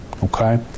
Okay